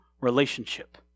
relationship